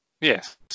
Yes